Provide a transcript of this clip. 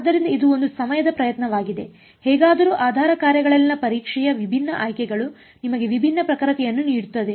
ಆದ್ದರಿಂದ ಇದು ಒಂದು ಸಮಯದ ಪ್ರಯತ್ನವಾಗಿದೆ ಹೇಗಾದರೂ ಆಧಾರ ಕಾರ್ಯಗಳಲ್ಲಿನ ಪರೀಕ್ಷೆಯ ವಿಭಿನ್ನ ಆಯ್ಕೆಗಳು ನಿಮಗೆ ವಿಭಿನ್ನ ನಿಖರತೆಯನ್ನು ನೀಡುತ್ತದೆ